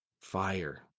fire